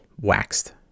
waxed